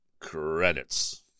credits